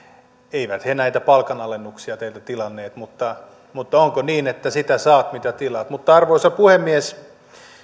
eivät näitä palkanalennuksia teiltä tilanneet mutta mutta onko niin että sitä saat mitä tilaat mutta arvoisa puhemies